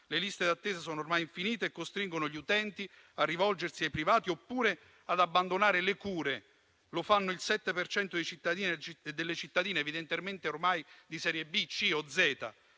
le liste d'attesa sono ormai infinite e costringono gli utenti a rivolgersi ai privati oppure ad abbandonare le cure: lo fanno il 7 per cento dei cittadini e delle cittadine, evidentemente ormai di serie B, C o Z.